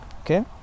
okay